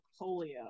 polio